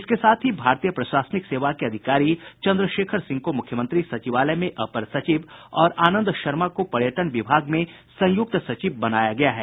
इसके साथ ही भारतीय प्रशासनिक सेवा के अधिकारी चन्द्रशेखर सिंह को मुख्यमंत्री सचिवालय में अपर सचिव और आनंद शर्मा को पर्यटन विभाग में संयुक्त सचिव बनाया गया है